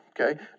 okay